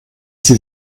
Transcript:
sie